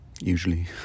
Usually